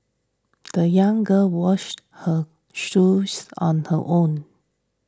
the young girl washed her shoes on her own